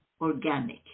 organic